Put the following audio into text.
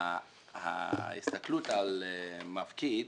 ההסתכלות היא על המפקיד,